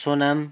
Sonam